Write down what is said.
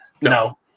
No